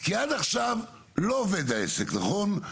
כי עד עכשיו לא עובד העסק, נכון?